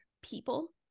people